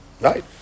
Right